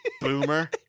Boomer